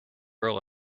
girl